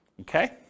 Okay